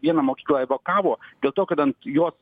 vieną mokyklą evakavo dėl to kad ant jos